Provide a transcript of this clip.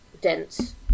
dense